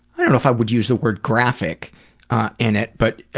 i don't know if i would use the word graphic in it, but